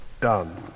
done